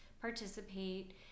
participate